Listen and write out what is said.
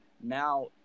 Now